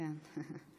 שלוש דקות.